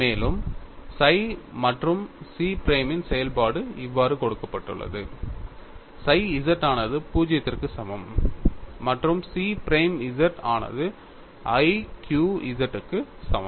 மேலும் psi மற்றும் chi prime இன் செயல்பாடு இவ்வாறு கொடுக்கப்பட்டுள்ளது psi z ஆனது 0 க்கு சமம் மற்றும் chi prime z ஆனது iqz க்கு சமம்